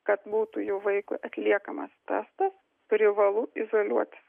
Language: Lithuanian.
kad būtų jų vaikui atliekamas testas privalu izoliuotis